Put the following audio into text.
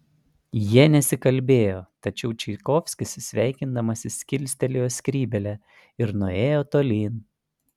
jie nesikalbėjo tačiau čaikovskis sveikindamasis kilstelėjo skrybėlę ir nuėjo tolyn